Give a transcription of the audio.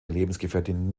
lebensgefährtin